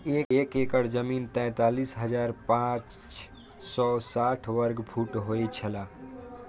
एक एकड़ जमीन तैंतालीस हजार पांच सौ साठ वर्ग फुट होय छला